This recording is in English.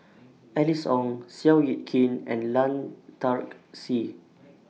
Alice Ong Seow Yit Kin and Lan Dark Sye